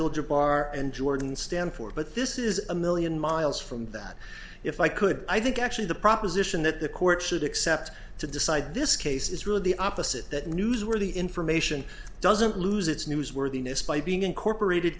jabbar and jordan stand for but this is a million miles from that if i could i think actually the proposition that the court should accept to decide this case is really the opposite that newsworthy information doesn't lose its newsworthiness by being incorporated